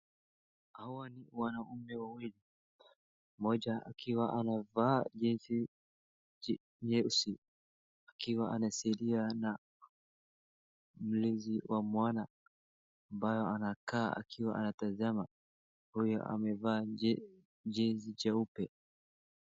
Hawa ni wanaume wawili ,mmoja akiwa amevaa jezi nyeusi akiwa anasilia na mlezi wa mwana ambaye anakaa akiwa ametazama ,huyu amevaa jezi jeupe